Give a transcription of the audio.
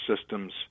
systems